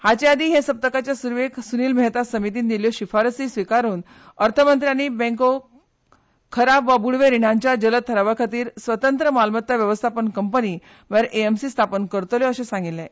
हाचे आदीं ह्या सप्तकाचे सुरवेक सुनील मेहता समितीन दिल्ल्यो शिफारसी स्विकारून अर्थमंत्र्यांनी बँको खराब वा बुडवे रिणाच्या जलद थारावा खातीर स्वतंत्र मालमत्ता वेवस्थापन कंपनी म्हणल्यार एएमसी स्थापन करतल्यो अशें सांगिल्लें